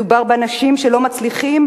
מדובר באנשים שלא מצליחים,